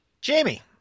Jamie